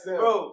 bro